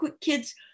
kids